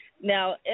Now